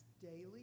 daily